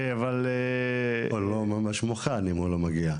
אבל --- אבל הוא לא ממש מוכן, אם הוא לא מגיע.